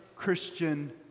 Christian